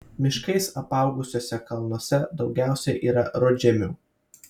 miškais apaugusiuose kalnuose daugiausiai yra rudžemių